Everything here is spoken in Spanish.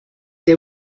the